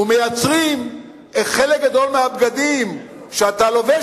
ומהדבר הזה מייצרים חלק גדול מהבגדים שאתה לובש,